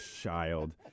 child